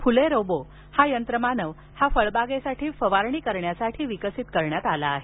फुले robot हा यंत्रमानव हा फळबागेसाठी फवारणी करण्यासाठी विकसित करण्यात आला आहे